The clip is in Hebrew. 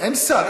אין שר.